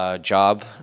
job